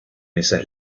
esas